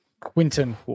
Quinton